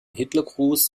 hitlergruß